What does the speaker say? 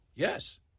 Yes